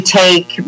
take